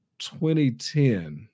2010